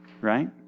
Right